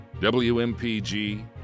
WMPG